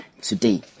today